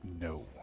no